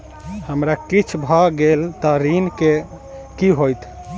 हमरा किछ भऽ गेल तऽ ऋण केँ की होइत?